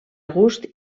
gust